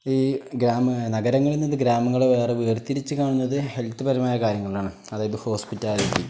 ഈ ഗ്രാമം നഗരങ്ങളിൽ നിന്ന് ഗ്രാമങ്ങളെ വേറെ വേർത്തിരിച്ച് കാണുന്നത് ഹെൽത്ത് പരമായ കാര്യങ്ങളാണ് അതായത് ഹോസ്പിറ്റാലിറ്റി